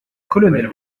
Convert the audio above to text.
colonel